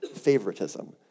favoritism